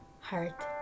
heart